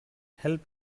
help